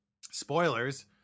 spoilers